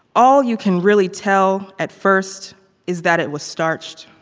all you can really tell at first is that it was starched.